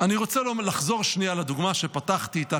אני רוצה לחזור שנייה לדוגמה שפתחתי איתה,